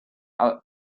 are